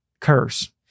curse